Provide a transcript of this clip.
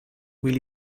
will